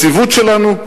ליציבות שלנו,